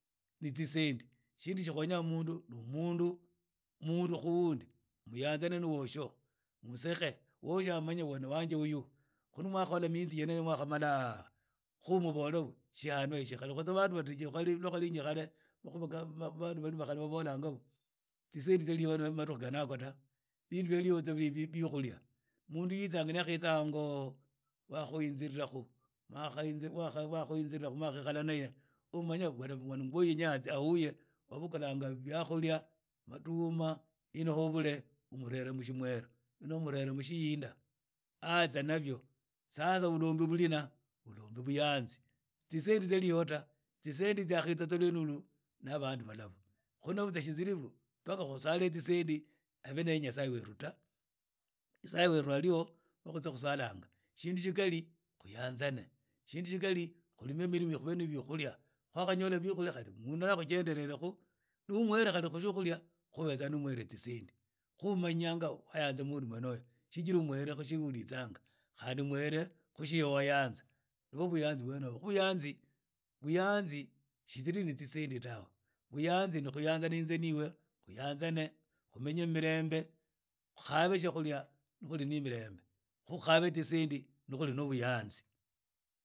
Ni tsisendi shindu tsya khwenya mundu nu mundu mundu khu undi uyanzane ni wache musekhe undi amanye ni wanje uyu khu mwakhakhola miyinzi mwakhamala lhu muhane shihanwa bandu batiriji lwa khali khare makhuba bandu bali ba lhare babola nga mbu tsisendi tsiari ho na madukhu khene yakho ta mundu yaiza hang oni yakhayinzira khu mwakhaikhala naye naa mumanye atsia huya khwabukhulanga byakhulia inoho umurera mushihinda atsia nabyo ma mulomba bulina mulombe buyanzi tsisendi tsiari ho ta tsisendi tsiakhiza tsa lwene yilu na bandu balabu khola butsa tsili bu mpaka khusale butsa tsisendi abe ni nyasaye weru ta nyasaye weru alio ni wa khusalanga shindu shikhali khuyanzane shindu shikhali khuliem millime tsri na byukhulia kwakhanyola byukhulia mundu ni akhugenderekhu nu umuha khu khari khu tsiokulia ubeza ni umuhere tsisendi khu umanayanga wayanza mundu mwene oyo shijira umuhere tsio uritsanga khandi umuhere tsia wayanza ni ibwo buyanzi bwene obo. khu buyanzi shitsiri ni tsisendi tawe buyanzi ni khuyanzana inze na iwe khumenye mu milembe khukhabe tsia khulia khuli ne mirembe khukhabe tsisendi khuli na buyanzi.